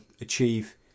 achieve